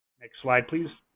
next slide, please.